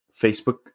Facebook